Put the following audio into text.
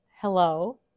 Hello